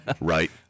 right